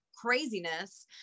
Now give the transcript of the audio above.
craziness